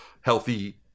healthy